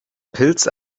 pilz